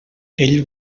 ell